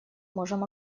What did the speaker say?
можем